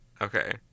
Okay